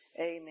amen